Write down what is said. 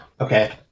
Okay